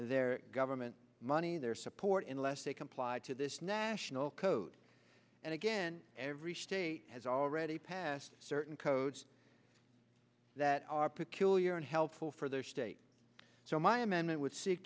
their government money their support unless they comply to this national code and again every state has already passed certain codes that are peculiar and helpful for their state so my amendment would seek